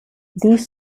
these